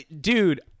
Dude